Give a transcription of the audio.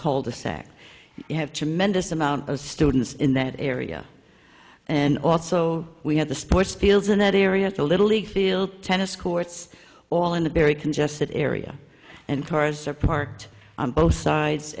cul de sac have tremendous amount of students in that area and also we have the sports fields in that area the little league field tennis courts all in a very congested area and cars are parked on both sides